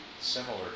similar